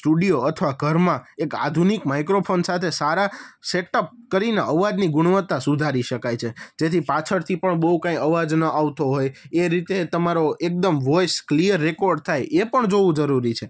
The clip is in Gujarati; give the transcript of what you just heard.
સ્ટુડિયો અથવા ઘરમાં એક આધુનિક માઇક્રોફોન સાથે સારા સેટઅપ કરીને અવાજની ગુણવત્તા સુધારી શકાય છે જેથી પાછળથી પણ બહુ કાંઈ અવાજ ન આવતો હોય એ રીતે તમારો એકદમ વોઇસ ક્લિયર રેકોર્ડ થાય એ પણ જોવું જરૂરી છે